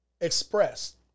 expressed